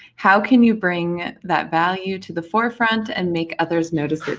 how can you bring that value to the forefront and make others notice